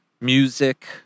music